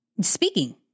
speaking